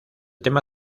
tema